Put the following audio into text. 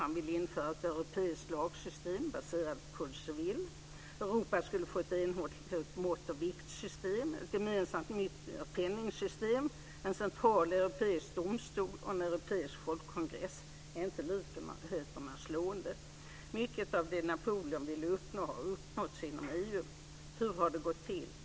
Han ville införa ett europeiskt lagsystem, baserat på Code Civil. Europa skulle få ett enhetligt mått och viktsystem, ett gemensamt mynt och penningsystem, en central europeisk domstol och en europeisk folkkongress. Är inte likheterna slående? Mycket av det Napoleon vill uppnå har uppnåtts inom EU. Hur har det gått till?